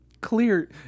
clear